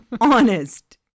honest